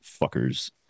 fuckers